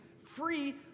free